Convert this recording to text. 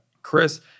Chris